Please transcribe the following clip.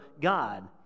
God